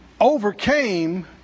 overcame